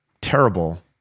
terrible